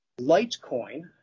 Litecoin